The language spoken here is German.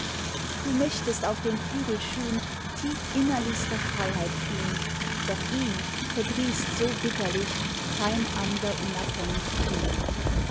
du möchtest auf den flügel schon tiefinnerlichster freiheit fliehn doch ihn verdrießt so bitterlich kein ander unabhängig tun